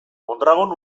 mondragon